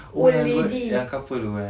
oh yang couple tu eh